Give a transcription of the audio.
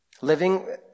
Living